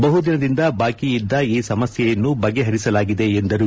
ಬಹುದಿನದಿಂದ ಬಾಕಿ ಇದ್ದ ಈ ಸಮಸ್ಯೆಯನ್ನು ಬಗೆಹರಿಸಲಾಗಿದೆ ಎಂದರು